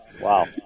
wow